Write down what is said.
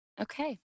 Okay